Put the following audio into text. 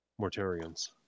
mortarians